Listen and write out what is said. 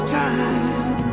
time